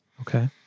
Okay